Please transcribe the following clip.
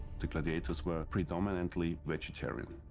the gladiators were predominantly vegetarian.